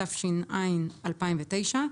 התש"ע-2009,